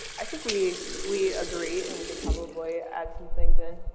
i think we we agree and we can probably add some things in.